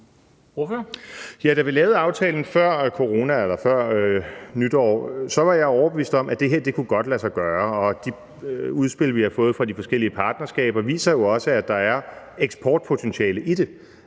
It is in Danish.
Da vi lavede aftalen før corona eller før nytår, var jeg overbevist om, at det her godt kunne lade sig gøre, og de udspil, vi har fået fra de forskellige partnerskaber, viser jo også, at der er eksportpotentiale i det.